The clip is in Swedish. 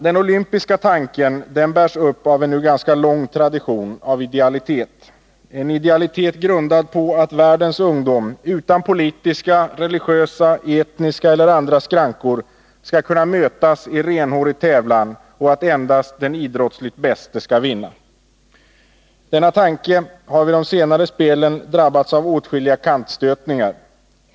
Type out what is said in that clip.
Den olympiska tanken bärs upp av en nu ganska lång tradition av idealitet, en idealitet grundad på att världens ungdom utan politiska, religiösa, etniska eller andra skrankor skall kunna mötas i renhårig tävlan och att endast den idrottsligt bäste skall vinna. Denna tanke har vid de spel som anordnats på senare tid drabbats av åtskilliga kantstötningar.